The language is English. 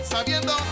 Sabiendo